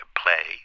play